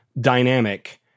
dynamic